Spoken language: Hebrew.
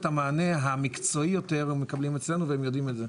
את המענה המקצועי יותר הם מקבלים אצלנו והם יודעים את זה.